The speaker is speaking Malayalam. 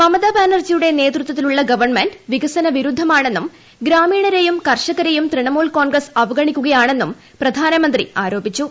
മമതാ ബാനർജിയുടെ നേതൃത്വത്തിലുള്ള ഗവൺമെന്റ് വികസന വിരുദ്ധമാണെന്നും ഗ്രാമീണരെയും കർഷകരെയും ക്രിണമൂൽ കോൺഗ്രസ് അവഗണിക്കുകയാണെന്നും പ്രധാനമന്ത്രി ആരോപിച്ചു